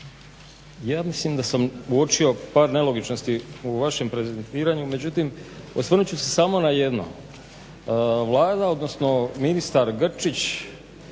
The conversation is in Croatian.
ja mislim da sam uočio par nelogičnosti u vašem prezentiranju, međutim osvrnut ću se samo na jedno, Vlada odnosno ministar Grčić